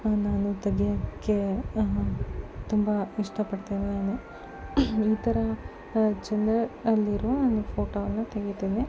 ನಾನು ತೆಗೆಯೋಕೆ ತುಂಬ ಇಷ್ಟಪಡ್ತೇನೆ ನಾನು ಈ ಥರ ಚೆಂದದ ಅಲ್ಲಿರುವ ನಾನು ಫೋಟೋವನ್ನು ತೆಗಿತೇನೆ